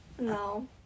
No